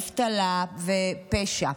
אבטלה ופשע.